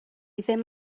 ddim